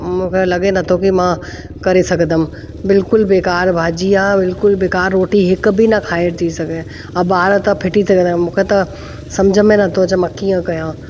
मूंखे लॻे नथो कि मां करे सघदम बिल्कुलु बेकार भाॼी आहे बिल्कुलु बेकारु रोटी हिकु बि न खाइजी सघे अ ॿार त फिटी त करे मूंखे त सम्झ में नथो अचे मां कीअं कयां